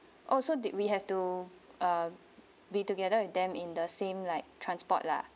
oh so did we have to be together with them in the same like transport lah